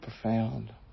profound